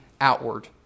outward